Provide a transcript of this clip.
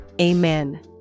Amen